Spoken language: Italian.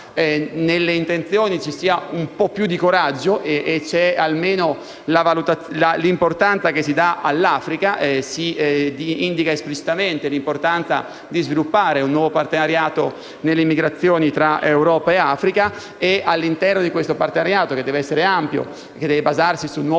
nelle intenzioni ci sia un po' più di coraggio, quantomeno si dà maggiore importanza all'Africa. Si indica esplicitamente l'importanza di sviluppare un nuovo partenariato nelle immigrazioni tra Europa e Africa. All'interno di tale partenariato, che deve essere ampio e deve basarsi su nuove